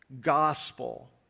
gospel